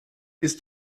ist